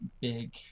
big